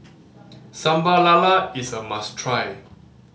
Sambal Lala is a must try